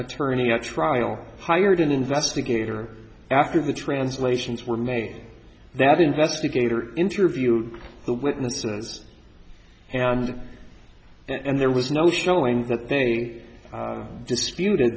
attorney at trial hired an investigator after the translations were made that investigator interviewed the witnesses and that and there was no showing that they disputed